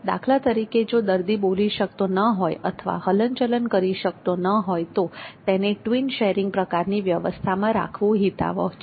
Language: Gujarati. દાખલા તરીકે જો દર્દી બોલી શકતો ન હોય અથવા હલનચલન કરી શકતો ન હોય તો તેને ટ્વીન શેરિંગ પ્રકારની વ્યવસ્થામાં રાખવું હિતાવહ છે